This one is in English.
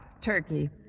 Turkey